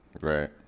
Right